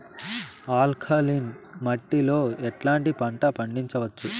Alkaline మట్టి లో ఎట్లాంటి పంట పండించవచ్చు,?